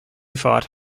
fought